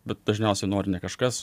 bet dažniausia nori ne kažkas